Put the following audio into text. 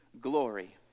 glory